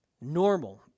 Normal